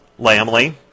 Lamley